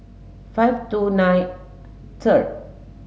five two nine third